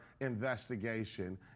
investigation